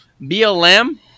BLM